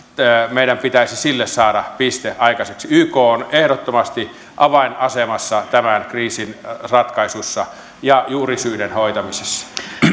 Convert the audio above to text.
meidän pitäisi sille saada piste aikaiseksi yk on ehdottomasti avainasemassa tämän kriisin ratkaisussa ja juurisyiden hoitamisessa